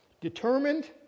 Determined